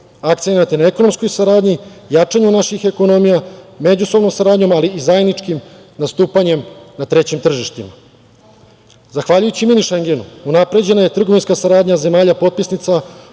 Akcenat je na ekonomskoj saradnji, jačanju naših ekonomija, međusobnom saradnjom, ali i zajedničkim nastupanjem na trećim tržištima. Zahvaljujući mini Šengenu, unapređena je trgovinska saradnja zemalja potpisnica,